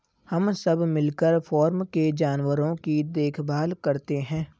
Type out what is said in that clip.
हम सब मिलकर फॉर्म के जानवरों की देखभाल करते हैं